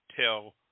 tell